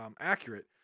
accurate